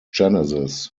genesis